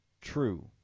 true